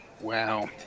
Wow